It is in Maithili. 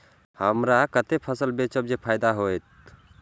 हमरा कते फसल बेचब जे फायदा होयत?